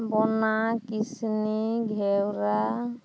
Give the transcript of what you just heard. ᱵᱚᱱᱟ ᱠᱤᱥᱱᱤ ᱜᱷᱮᱣᱨᱟ